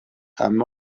عمه